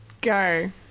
Go